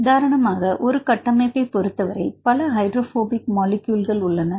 உதாரணமாக ஒரு கட்டமைப்பைப் பொறுத்தவரை பல ஹைட்ரோபோபிக் மூலக்கூறுகள் உள்ளன